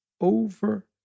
over